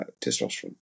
testosterone